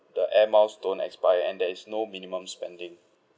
the air miles don't expire and there is no minimum spending